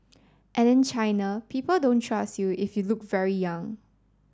and in China people don't trust you if you look very young